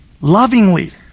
lovingly